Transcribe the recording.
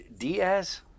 Diaz